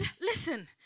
listen